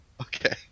Okay